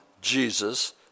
Jesus